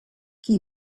qui